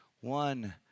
One